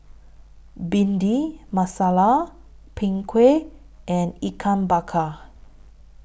Bhindi Masala Png Kueh and Ikan Bakar